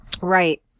Right